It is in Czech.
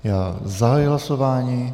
Já zahajuji hlasování.